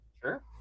Sure